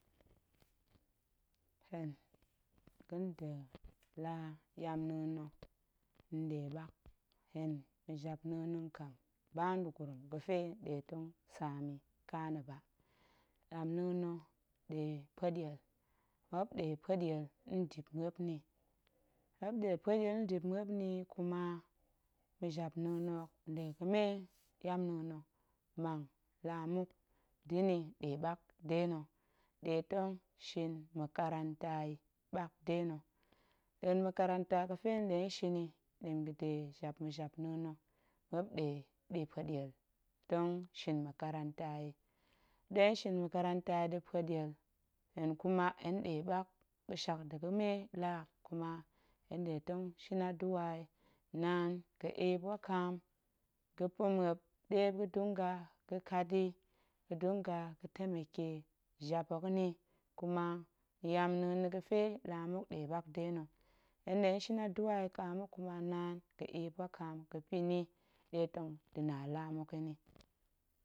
Hen ga̱n nda̱ yamna̱a̱n na̱ nɗe ɓak, hen ma̱japna̱a̱n na̱ nƙa̱m ba nda̱gurum ga̱fe nɗe tong saam yi ƙa na̱ ba, yamna̱a̱n na̱ nɗe pueɗiel, muop nɗe pueɗiel ndip muop nni, muop nɗe pueɗiel ndip muop nni, kuma ma̱japna̱a̱n hok nde ga̱me yamna̱a̱n na̱ hok mang laa muk da̱ ni nɗe ɓak de na̱, ɗe tong shin makaranta yi ɓak de na̱, nɗa̱a̱n makaranta ga̱fe nɗe tong shin yi, ɗa̱mga̱de jap ma̱japnaan muop nɗeɗi pueɗiel tong shin makaranta yi, muop nɗe tong shin makaranta yi pueɗien, hen kuma nɗe ɓak ga̱shak nda̱ ga̱me laa hok kuma hen nɗe tong shin adu'a yi naan ga̱ eep wakaam ga̱pa̱ muop ɗe muop ga̱dun ga̱ ga̱kat yi, ga̱dun ga̱ ga̱ temeke jap hok nni, kuma yamna̱a̱n na̱ ga̱fe laa muk nɗe ɓak de na̱, hen nɗe tong shin aduꞌa yi ƙa muk, kuma naan ga̱ eep wakaam ga̱pa̱ ni ɗe tong da̱ na laa muk yi nni.